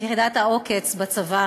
ביחידת "עוקץ" בצבא,